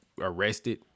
arrested